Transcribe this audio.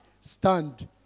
stand